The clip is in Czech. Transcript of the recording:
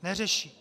Neřeší.